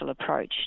approach